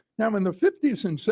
now, in the fifty s and so